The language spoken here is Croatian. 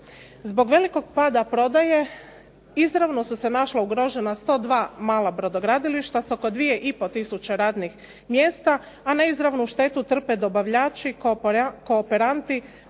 Zbog velikog pada prodaje izravno su se našla ugrožena 102 mala brodogradilišta sa oko dvije i pol tisuće radnih mjesta, a neizravnu štetu trpe dobavljači, kooperanti,